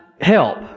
help